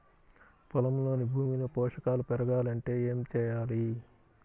పొలంలోని భూమిలో పోషకాలు పెరగాలి అంటే ఏం చేయాలి?